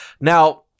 Now